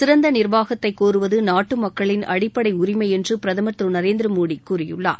சிறந்த நிர்வாகத்தை கோருவது நாட்டு மக்களின் அடிப்படை உரிமை என்று பிரதமர் திரு நரேந்திரமோடி கூறியுள்ளார்